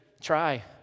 try